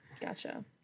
Gotcha